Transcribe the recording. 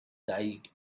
died